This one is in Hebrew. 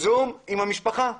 זום עם המשפחה.